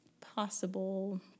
possible